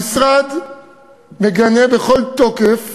המשרד מגנה בכל תוקף